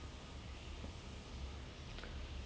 when he tries to catch aravind swamy right